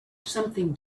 something